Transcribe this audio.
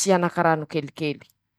soa ñy hafanà militsy ao.